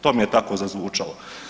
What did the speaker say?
To mi je tako zazvučalo.